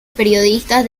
periodistas